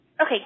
Okay